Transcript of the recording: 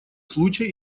случай